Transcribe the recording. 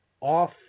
off